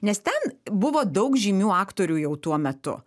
nes ten buvo daug žymių aktorių jau tuo metu